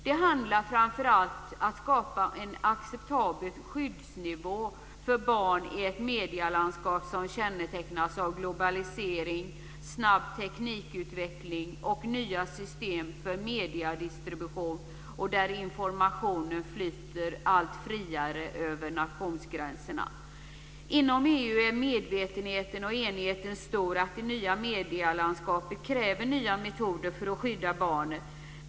Det handlar framför allt om att skapa en acceptabel skyddsnivå för barn i ett medielandskap som kännetecknas av globalisering, snabb teknikutveckling och nya system för mediedistribution, och där informationen flyter allt friare över nationsgränserna. Inom EU är medvetenheten och enigheten stor om att det nya medielandskapet kräver nya metoder för att skydda barnen.